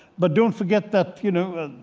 but don't forget that, you know,